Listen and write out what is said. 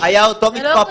היא לגיטימית,